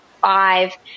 five